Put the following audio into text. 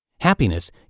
Happiness